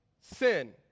Sin